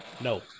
No